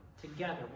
together